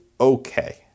okay